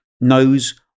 knows